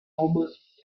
almost